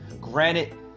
granted